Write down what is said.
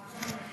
השאילתה.